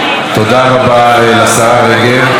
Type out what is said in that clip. תודה רבה לשרה רגב.